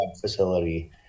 facility